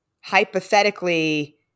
hypothetically